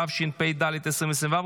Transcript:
התשפ"ד 2024,